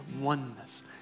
oneness